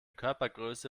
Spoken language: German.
körpergröße